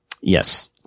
Yes